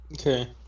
Okay